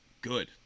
good